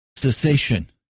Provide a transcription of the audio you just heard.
Cessation